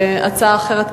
הצעה אחרת,